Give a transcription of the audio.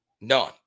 None